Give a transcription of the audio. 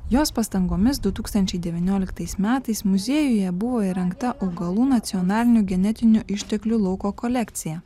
jos pastangomis du tūkstančiai devynioliktais metais muziejuje buvo įrengta augalų nacionalinių genetinių išteklių lauko kolekcija